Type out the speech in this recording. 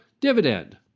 dividend